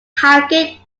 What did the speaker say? hackett